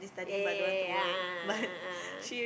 yeah yeah yeah yeah yeah a'ah a'ah a'ah